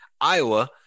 Iowa